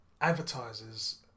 advertisers